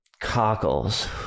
cockles